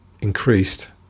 increased